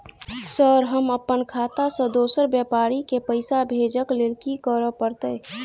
Sir हम अप्पन खाता सऽ दोसर व्यापारी केँ पैसा भेजक लेल की करऽ पड़तै?